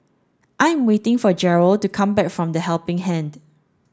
I am waiting for Jerrell to come back from The Helping Hand